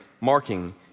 marking